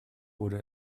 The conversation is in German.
wurde